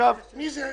מי זה?